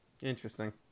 Interesting